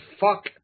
fuck